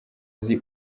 azi